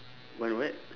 one what